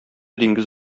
диңгез